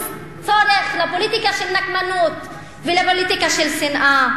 צורך בפוליטיקה של נקמנות ובפוליטיקה של שנאה,